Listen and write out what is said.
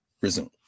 Resume